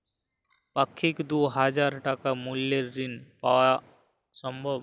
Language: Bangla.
পাক্ষিক দুই হাজার টাকা মূল্যের ঋণ পাওয়া সম্ভব?